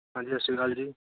ਹਾਂਜੀ ਸਤਿ ਸ਼੍ਰੀ ਅਕਾਲ ਜੀ